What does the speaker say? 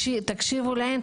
תקשיבו להם,